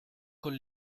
con